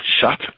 shut